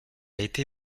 été